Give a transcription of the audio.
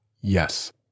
yes